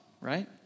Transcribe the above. right